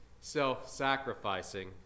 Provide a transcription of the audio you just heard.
self-sacrificing